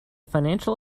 financial